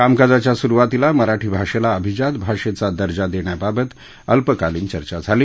कामकाजाच्या स्रुवातीला मराठी भाषेला अभिजात भाषेचा दर्जा देण्याबाबत अल्पकालीन चर्चा झाली